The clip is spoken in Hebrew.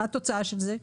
מה התוצאה של זה?